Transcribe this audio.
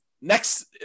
next